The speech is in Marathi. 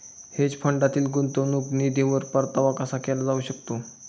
हेज फंडातील गुंतवणूक निधीवर परतावा कसा केला जाऊ शकतो?